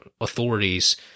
authorities